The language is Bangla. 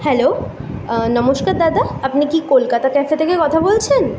হ্যালো নমস্কার দাদা আপনি কি কলকাতা ক্যাফে থেকে কথা বলছেন